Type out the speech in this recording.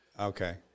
Okay